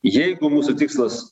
jeigu mūsų tikslas